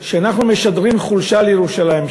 כשאנחנו משדרים חולשה על ירושלים,